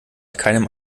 keinem